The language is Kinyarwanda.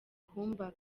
kumba